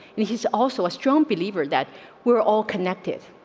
and he's also a strong believer that we're all connected,